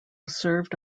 served